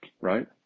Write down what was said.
right